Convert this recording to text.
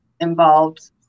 Involved